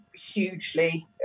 hugely